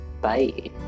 Bye